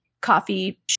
coffee